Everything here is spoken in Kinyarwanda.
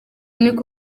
niko